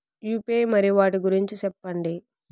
UPI మరియు వాటి గురించి సెప్పండి?